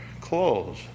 clothes